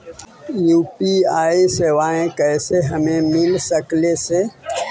UPI सेवाएं कैसे हमें मिल सकले से?